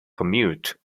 commute